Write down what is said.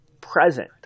present